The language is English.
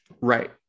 Right